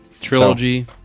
Trilogy